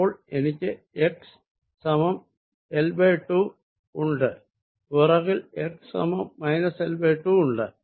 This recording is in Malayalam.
അപ്പോൾ എനിക്ക് x സമം L2 ഉണ്ട് പിറകിൽ x സമം മൈനസ് L2 ഉണ്ട്